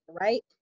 right